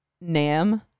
Nam